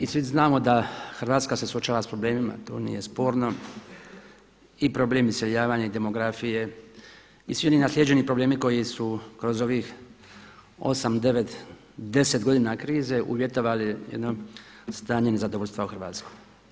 I svi znamo da se Hrvatska suočava s problemima, to nije sporno i problem iseljavanja i demografije i svi oni naslijeđeni problemi koji su kroz ovih osam, devet, deset godina krize uvjetovali jedno stanje nezadovoljstva u Hrvatskoj.